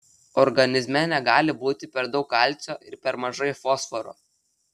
organizme negali būti per daug kalcio ir per mažai fosforo